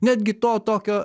netgi to tokio